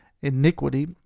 iniquity